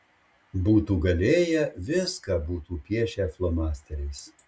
būtų galėję viską būtų piešę flomasteriais